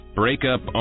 breakup